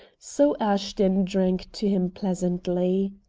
so ashton drank to him pleasantly.